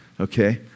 Okay